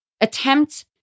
attempt